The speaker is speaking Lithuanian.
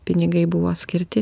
pinigai buvo skirti